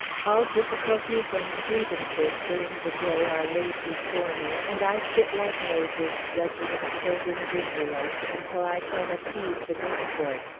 all difficulties and grievances during the day are laid before me, and i sit like moses judging the children of israel, until i can appease the discord.